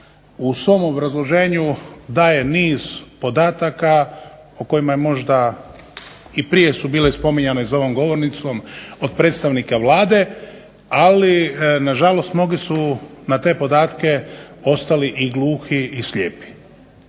u svom obrazloženju daje niz podataka o kojima je možda i prije su bile spominjane za ovom govornicom od predstavnika Vlade, ali nažalost mnogi su na te podatke ostali i gluhi i slijepi.